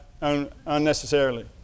unnecessarily